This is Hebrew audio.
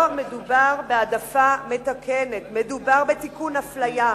לא מדובר בהעדפה מתקנת, מדובר בתיקון אפליה.